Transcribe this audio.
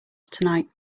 tonight